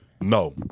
No